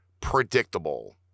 predictable